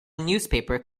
newspaper